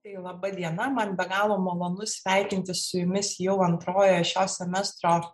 tai laba diena man be galo malonu sveikinti su jumis jau antrojoje šio semestro